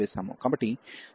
కాబట్టి n00sin y nπydy